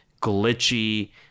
glitchy